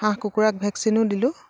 হাঁহ কুকুৰাক ভেকচিনো দিলো